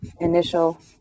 Initial